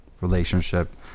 relationship